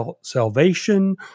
salvation